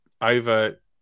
over